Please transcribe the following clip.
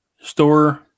store